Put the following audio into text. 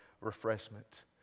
refreshment